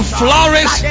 flourish